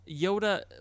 Yoda